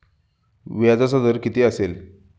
व्याजाचा दर किती असेल?